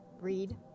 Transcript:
read